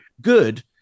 good